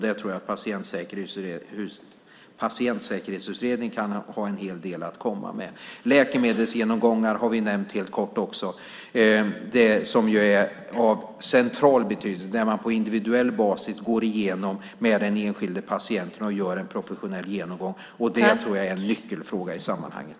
Där tror jag att Patientsäkerhetsutredningen kan ha en hel del att komma med. Läkemedelsgenomgångar har vi nämnt helt kort också. De är av central betydelse. Här gör man en professionell genomgång på individuell basis med den enskilde patienten. Det är en nyckelfråga i sammanhanget.